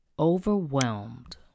Overwhelmed